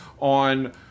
on